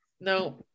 no